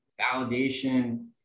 validation